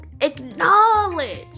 acknowledge